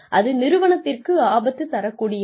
அது நிறுவனத்திற்கு ஆபத்து தரக்கூடியது